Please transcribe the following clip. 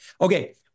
Okay